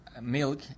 milk